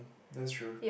that's true